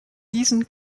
diesen